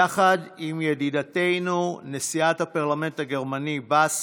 יחד עם ידידתנו נשיאת הפרלמנט הגרמני באס.